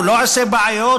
הוא לא עושה בעיות,